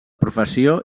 professió